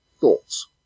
thoughts